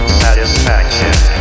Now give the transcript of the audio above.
satisfaction